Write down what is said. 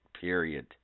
period